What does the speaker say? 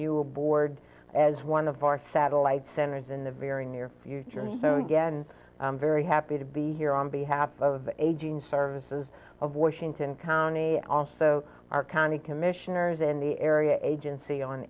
you aboard as one of our satellite centers in the very near future and so again i'm very happy to be here on behalf of aging services of washington county also our county commissioners in the area agency on